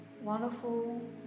wonderful